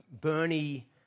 Bernie